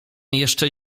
jeszcze